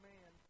Man